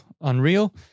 Unreal